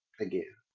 Again